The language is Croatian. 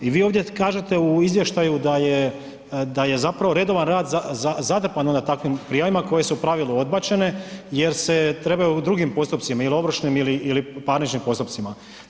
I vi ovdje kažete u izvještaju da je zapravo redovan rad zatrpan onda takvim prijavama koje su u pravilu odbačene jer se trebaju u drugim postupcima, ili ovršnim ili parničnim postupcima.